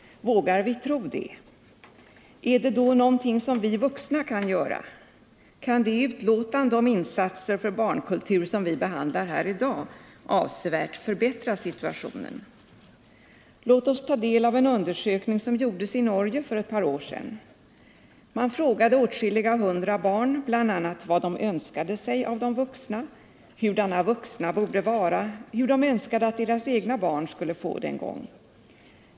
Vågar vi tro det? Är det någonting vi vuxna kan göra? Kan det betänkande om insatser för barnkultur som vi behandlar här i dag avsevärt förbättra situationen? Låt oss ta del av en undersökning som gjordes i Norge för ett par år sedan. Man frågade åtskilliga hundra barn bl.a. vad de önskade sig av de vuxna, hurdana vuxna borde vara, hur de önskade att deras egna barn skulle få det en gång.